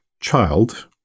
child